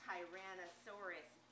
Tyrannosaurus